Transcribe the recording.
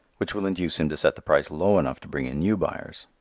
which will induce him to set the price low enough to bring in new buyers.